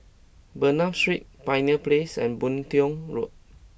Bernam Street Pioneer Place and Boon Tiong Road